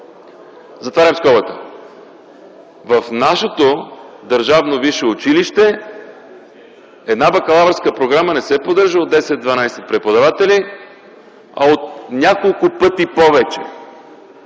вече е налице.) В нашето държавно висше училище една бакалавърска програма не се поддържа от 10-12 преподаватели, а от няколко пъти повече.